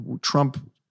Trump